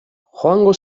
joango